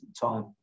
time